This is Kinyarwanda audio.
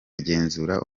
agenzura